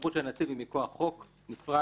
הסמכות של הנציב היא מכוח חוק נפרד,